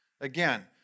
Again